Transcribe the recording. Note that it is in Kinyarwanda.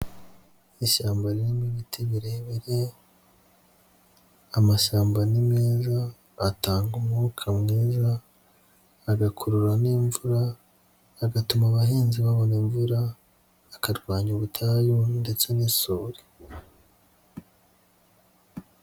Ishyamba ririmo ibiti birebirwe, amasamba ni meza atanga umwuka mwiza agakurura nimvura agatuma abahinzi babona imvura akarwanya ubutayu ndetse n'isuri.